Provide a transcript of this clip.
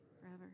forever